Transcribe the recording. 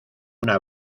una